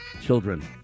children